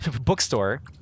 Bookstore